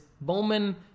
Bowman